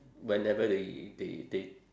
whenever they they they